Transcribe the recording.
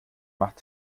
macht